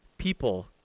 People